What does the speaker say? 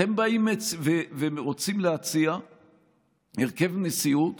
אתם באים ורוצים להציע הרכב נשיאות